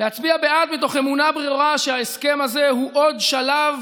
להצביע בעד מתוך אמונה ברורה שההסכם הזה הוא עוד שלב